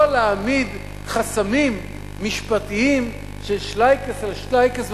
לא להעמיד חסמים משפטיים של שלייקעס על שלייקעס,